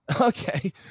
okay